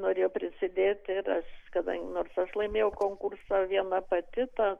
norėjo prisidėti ir aš kadangi nors aš laimėjau konkursą viena pati tą